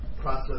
process